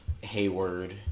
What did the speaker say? Hayward